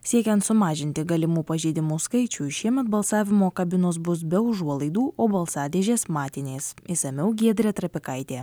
siekiant sumažinti galimų pažeidimų skaičių šiemet balsavimo kabinos bus be užuolaidų o balsadėžės matinės išsamiau giedrė trapikaitė